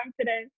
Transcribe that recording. today